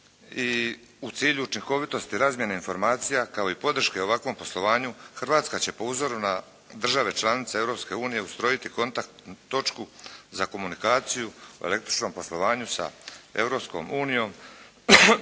u cilj učinkovitosti razmjene informacija kao i podrške ovakvom poslovanje, Hrvatska će po uzoru na države članice Europske unije ustrojiti kontakt točku za komunikaciju u električnom poslovanju sa